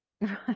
Right